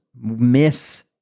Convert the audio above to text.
miss